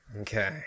okay